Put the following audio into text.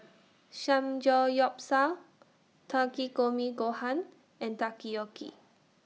Samgeyopsal Takikomi Gohan and Takoyaki